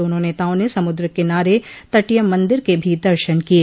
दोनों नेताओं ने समुद्र किनारे तटीय मंदिर के भी दर्शन किये